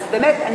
אז באמת,